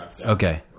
Okay